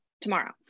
tomorrow